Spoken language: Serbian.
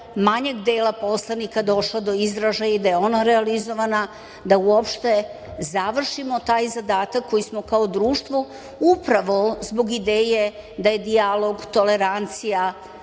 manjeg dela poslanika došla je do izražaja i da je ona realizovana da uopšte završimo taj zadatak koji smo kao društvo upravo zbog ideje da je dijalog, tolerancija,